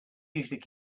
usually